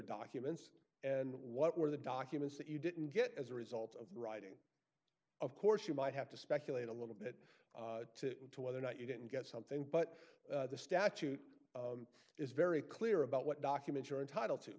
documents and what were the documents that you didn't get as a result of writing of course you might have to speculate a little bit to whether or not you didn't get something but the statute is very clear about what documents are entitled to